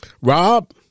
Rob